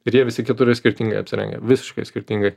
ir jie visi keturi skirtingai apsirengę visiškai skirtingai